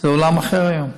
זה עולם אחר היום.